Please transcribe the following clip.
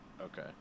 Okay